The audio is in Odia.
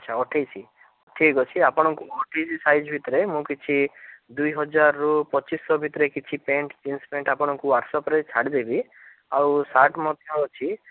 ଆଚ୍ଛା ଅଠେଇଶ ଠିକ୍ ଅଛି ଆପଣଙ୍କୁ ଅଠେଇଶ ସାଇଜ୍ ଭିତରେ ମୁଁ କିଛି ଦୁଇ ହଜାରରୁ ପଚିଶହ ଭିତରେ କିଛି ପ୍ୟାଣ୍ଟ ଜିନ୍ସ୍ ପ୍ୟାଣ୍ଟ ଆପଣଙ୍କୁ ହ୍ୱାଟ୍ସଆପ୍ରେ ଛାଡ଼ିଦେବି ଆଉ ସାର୍ଟ୍ ମଧ୍ୟ ଅଛି